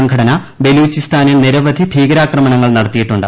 സംഘടന ബലൂചിസ്ഥാനിൽ നിരവധി ഭീകരാക്രമണങ്ങൾ നടത്തിയിട്ടുണ്ട്